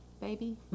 baby